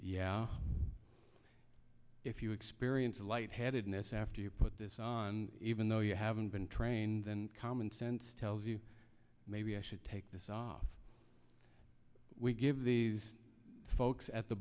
yeah if you experience a lightheadedness after you put this on even though you haven't been trained then common sense tells you maybe i should take this off we give these folks at the